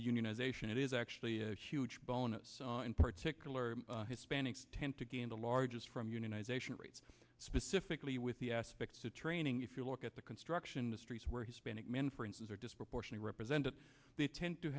to unionization it is actually a huge bonus in particular hispanics tend to gain the largest from unionization rates specifically with the aspects of training if you look at the construction industries where hispanic men for instance are disproportionately represented they tend to